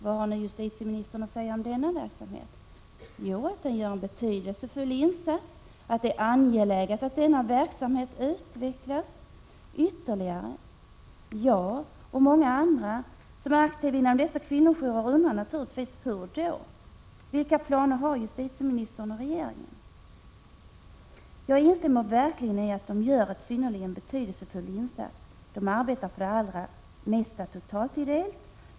Vad har justitieministern att säga om denna Om ärgärder för att 5 - å å skydda kvinnor som verksamhet? Jo, de gör en betydelsefull insats, och det är angeläget att denna ä utsatts för misshandel verksamhet utvecklas ytterligare. Jag och många aktiva inom dessa kvinno jourer undrar naturligtvis: Hur då? Vilka planer har justitieministern och regeringen? Jag instämmer verkligen i att kvinnohus och kvinnojourer gör en | synnerligen betydelsefull insats. De arbetar för det allra mesta totalt ideellt.